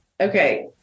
Okay